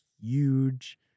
huge